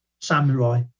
samurai